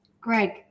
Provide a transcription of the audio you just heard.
Greg